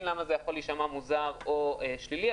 למה זה יכול להישמע מוזר או שלילי,